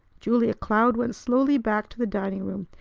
julia cloud went slowly back to the dining-room,